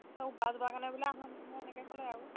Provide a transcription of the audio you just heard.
কাৰণে বোলে অহা নহয় নহয় এনেকে ক'লে আৰু